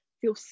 feel